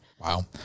Wow